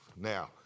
Now